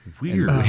Weird